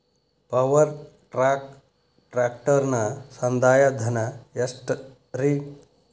Power track ಟ್ರ್ಯಾಕ್ಟರನ ಸಂದಾಯ ಧನ ಎಷ್ಟ್ ರಿ?